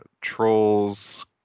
trolls